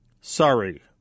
Sorry